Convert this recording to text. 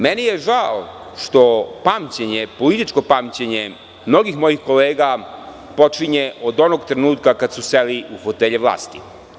Meni je žao što političko pamćenje mnogih mojih kolega počinje od onog trenutka kada su seli u fotelje vlasti.